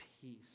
peace